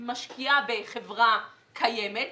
משקיעה בחברה קיימת,